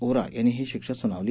वोरा यांनी ही शिक्षा सुनावली